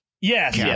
Yes